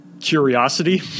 Curiosity